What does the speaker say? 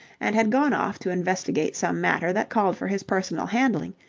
and had gone off to investigate some matter that called for his personal handling,